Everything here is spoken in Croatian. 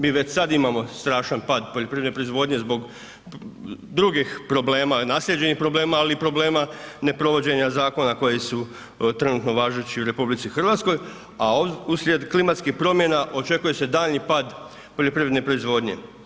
Mi već sad imamo strašan pad poljoprivredne proizvodnje zbog drugih problema, naslijeđenih problema, ali i problema neprovođenja zakona koji su trenutno važeći u RH, a uslijed klimatskih promjena očekuje se daljnji pad poljoprivredne proizvodnje.